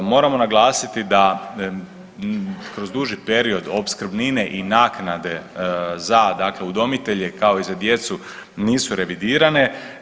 Moramo naglasiti da kroz duži period opskrbnine i naknade za, dakle udomitelje kao i za djecu nisu revidirane.